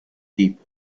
tipo